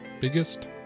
biggest